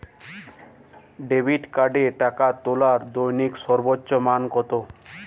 Debit কার্ডে টাকা তোলার দৈনিক সর্বোচ্চ মান কতো?